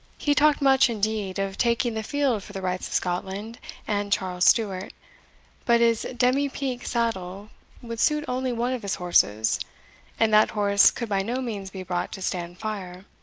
he talked much, indeed, of taking the field for the rights of scotland and charles stuart but his demi-pique saddle would suit only one of his horses and that horse could by no means be brought to stand fire.